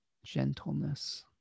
gentleness